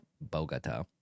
Bogota